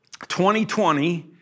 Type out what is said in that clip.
2020